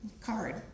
card